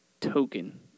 token